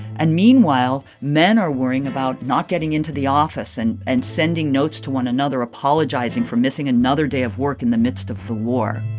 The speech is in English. and, meanwhile, men are worrying about not getting into the office and and sending notes to one another apologizing for missing another day of work in the midst of the war